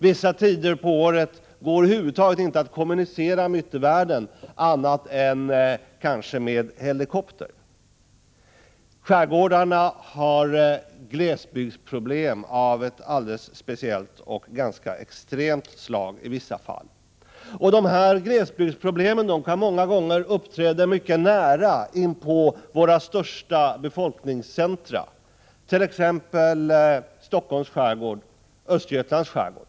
Vissa tider på året går det över huvud taget inte att kommunicera med yttervärlden annat än kanske med helikopter. Skärgårdarna har glesbygdsproblem av ett alldeles speciellt och ganska extremt slag i vissa fall. De här glesbygdsproblemen kan många gånger uppträda mycket nära inpå våra största befolkningscentra. Det gäller t.ex. Stockholms skärgård och Östergötlands skärgård.